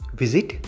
visit